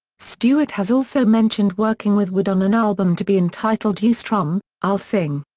stewart has also mentioned working with wood on an album to be entitled you strum, i'll sing.